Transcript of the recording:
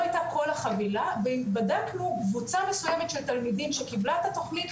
הייתה כל החבילה ובדקנו קבוצה מסוימת של תלמידים שקיבלה את התוכנית,